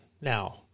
Now